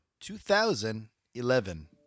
2011